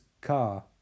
car